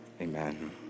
Amen